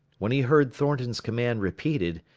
when he heard thornton's command repeated,